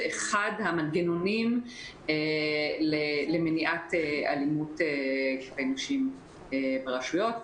אחד המנגנונים למניעת אלימות כלפי נשים ברשויות.